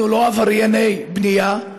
אנחנו לא עברייני בנייה.